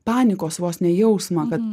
panikos vos ne jausmą kad